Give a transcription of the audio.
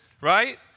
Right